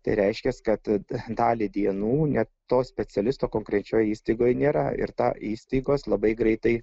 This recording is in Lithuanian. tai reiškias kad dalį dienų ne to specialisto konkrečioj įstaigoj nėra ir tą įstaigos labai greitai